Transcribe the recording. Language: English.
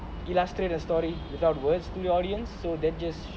illustrate a story without words to the audience so that just